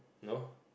no